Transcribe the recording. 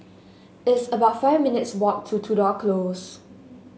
it's about five minutes' walk to Tudor Close